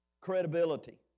Credibility